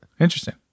Interesting